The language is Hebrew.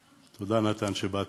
תודה, נתן, שבאת.